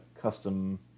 custom